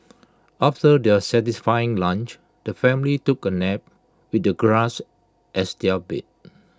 after their satisfying lunch the family took A nap with the grass as their bed